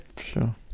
sure